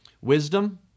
Wisdom